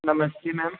नमस्ते मैम